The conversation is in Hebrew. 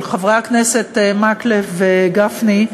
של חברי הכנסת מקלב וגפני,